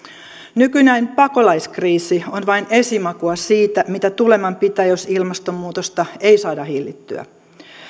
nykyinen pakolaiskriisi on vain esimakua siitä mitä tuleman pitää jos ilmastonmuutosta ei saada hillittyä